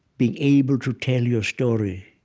being able to tell your story.